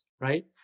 right